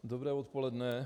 Dobré odpoledne.